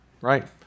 right